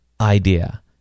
idea